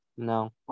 No